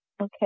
Okay